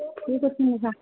ଠିକ୍ ଅଛି